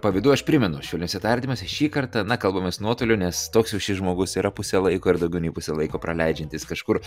pavydu aš primenu švelniuose tardymuose šį kartą na kalbamės nuotoliu nes toks jau šis žmogus yra pusę laiko daugiau nei pusę laiko praleidžiantys kažkur